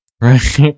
right